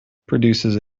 produces